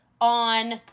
on